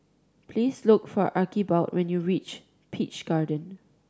please look for Archibald when you reach Peach Garden